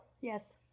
Yes